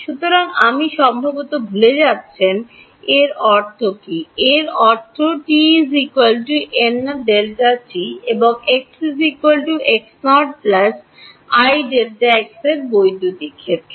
সুতরাং আপনি সম্ভবত ভুলে যাচ্ছেন এর অর্থ কী এর অর্থ t nΔt এবং x x0 iΔx এ বৈদ্যুতিক ক্ষেত্র